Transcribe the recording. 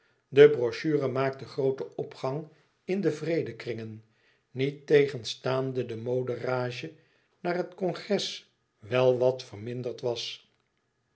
de brochure maakte grooten opgang in de vrede kringen niettegenstaande de mode rage na het congres wel wat verminderd was